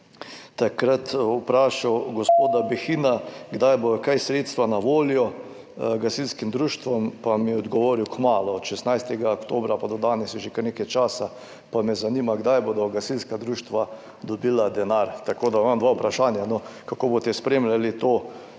takrat vprašal gospoda Behina, kdaj bodo kaj sredstva na voljo gasilskim društvom, pa mi je odgovoril, da kmalu. Od 16. oktobra pa do danes je že kar nekaj časa, pa me zanima, kdaj bodo gasilska društva dobila denar. Tako da imam dve vprašanji, kako boste spremljali